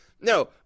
No